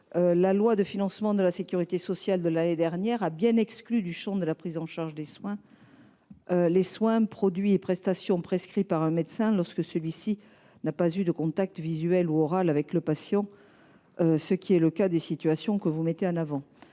la loi de financement de la sécurité sociale pour 2024 a bien exclu du champ de la prise en charge par l’assurance maladie les soins, produits et prestations prescrits par un médecin lorsque celui ci n’a pas eu de contact visuel ou oral avec le patient, ce qui est le cas des situations que vous évoquez. La